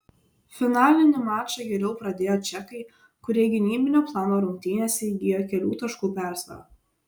finalinį mačą geriau pradėjo čekai kurie gynybinio plano rungtynėse įgijo kelių taškų persvarą